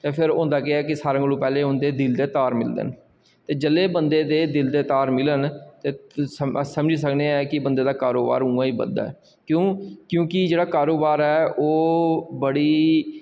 ते फिर होंदा केह् ऐ कि सारें कोलां पैह्लें उं'दे दिल दे तार मिलदे न ते जेल्लै बंदे दे दिल दे तार मिलन ते अस समझी सकने आं कि बंदे दा कारोबार उआं गै बधदा ऐ क्यों क्योंकि जेह्ड़ा कारोबार ऐ ओह् बड़ी